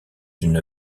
une